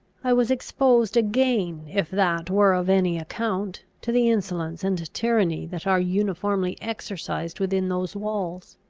i was exposed again, if that were of any account, to the insolence and tyranny that are uniformly exercised within those walls.